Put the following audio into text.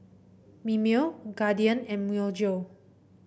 Mimeo Guardian and Myojo